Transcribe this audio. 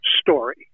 story